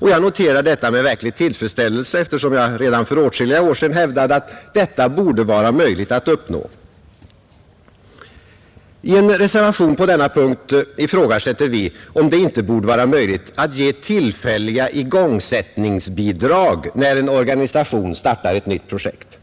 Jag noterar detta med verklig tillfredsställelse, eftersom jag redan för åtskilliga år sedan hävdade att detta borde vara möjligt att uppnå. I en reservation på denna punkt ifrågasätter vi om det inte borde vara möjligt att ge tillfälliga igångsättningsbidrag när en organisation startar ett nytt projekt.